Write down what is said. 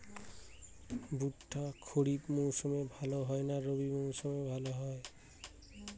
ভুট্টা খরিফ মৌসুমে ভাল হয় না রবি মৌসুমে ভাল হয়?